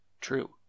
True